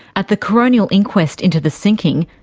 at the coronial inquest into the sinking,